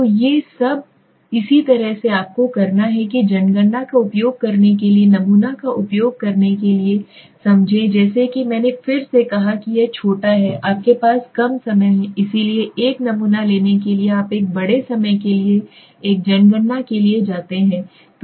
तो ये सब इसी तरह से आपको करना है कि जनगणना का उपयोग करने के लिए नमूना का उपयोग करने के लिए समझें जैसा कि मैंने फिर से कहा कि यह छोटा है आपके पास कम समय है इसलिए एक नमूना लेने के लिए आप एक बड़े समय के लिए एक जनगणना के लिए जाते हैं